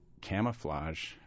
camouflage